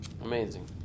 Amazing